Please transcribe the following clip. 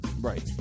Right